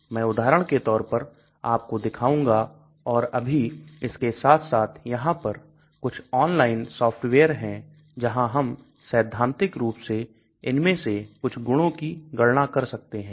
मैं उदाहरण के तौर पर आपको दिखाऊंगा और अभी इसके साथ साथ यहां पर कुछ ऑनलाइन सॉफ्टवेयर हैं जहां हम सैद्धांतिक रूप से इनमें से कुछ गुणों की गणना कर सकते हैं